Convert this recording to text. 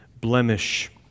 blemish